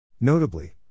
Notably